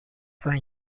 are